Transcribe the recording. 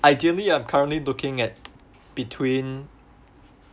ideally I'm currently looking at between